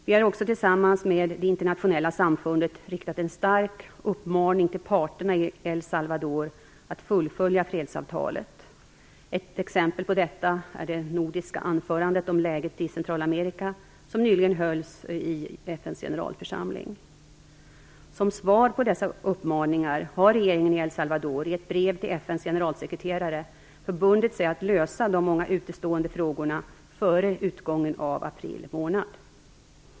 Vi har också tillsammans med det internationella samfundet riktat en stark uppmaning till parterna i El Salvador att fullfölja fredsavtalet. Ett exempel på detta är det nordiska anförandet om läget i Centralamerika som nyligen hölls i FN:s generalförsamling. Som svar på dessa uppmaningar har regeringen i El Salvador i ett brev till FN:s generalsekreterare förbundit sig att lösa de många utestående frågorna före utgången av april månad.